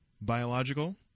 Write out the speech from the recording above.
biological